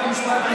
חוק ומשפט,